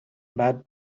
bad